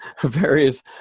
various